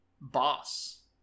Boss